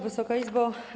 Wysoka Izbo!